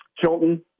Chilton